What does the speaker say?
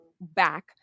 back